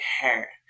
hair